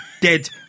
dead